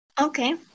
okay